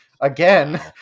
again